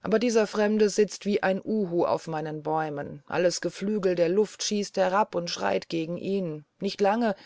aber dieser fremde sitzt wie ein uhu auf meinen bäumen alles geflügel der luft schießt heran und schreit gegen ihn nicht lange